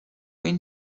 این